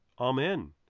Amen